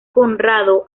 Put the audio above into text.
conrado